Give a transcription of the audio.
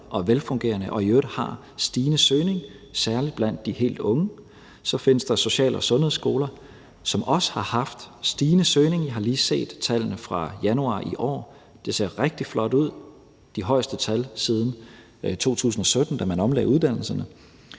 og velfungerende og i øvrigt har en stigende søgning, særlig blandt de helt unge, så findes der social- og sundhedsskoler, som også har haft stigende søgning – jeg har lige set tallene fra januar i år, og det ser rigtig flot ud. Vi har de højeste tal siden 2017, da man omlagde uddannelserne.